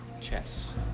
chess